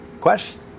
question